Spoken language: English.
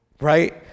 right